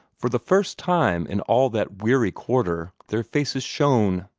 for the first time in all that weary quarter, their faces shone.